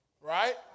right